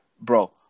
bro